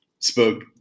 spoke